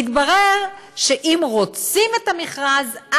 התברר שאם רוצים את המכרז,